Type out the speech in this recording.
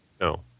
No